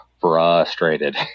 frustrated